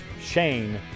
Shane